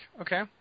Okay